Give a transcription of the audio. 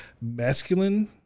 masculine